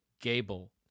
Gable